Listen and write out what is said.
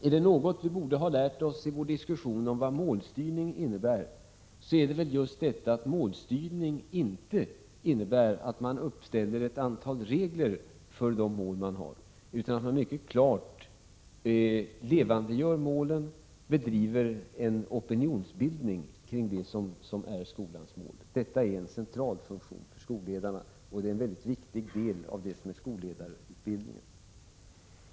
Är det något vi borde ha lärt oss i vår diskussion om vad målstyrning innebär är det just att målstyrning inte innebär att man uppställer ett antal regler för de mål man har utan att man mycket klart levandegör målen och bedriver en opinionsbildning kring det som är skolans mål. Detta är en central funktion för skolledarna, och det är en mycket viktig del i skolledarutbildningen.